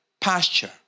pasture